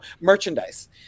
merchandise